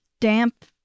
damp